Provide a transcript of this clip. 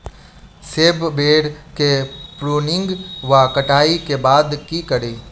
सेब बेर केँ प्रूनिंग वा कटाई केँ बाद की करि?